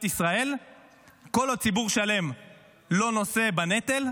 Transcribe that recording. ישראל כל עוד ציבור שלם לא נושא בנטל,